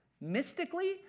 Mystically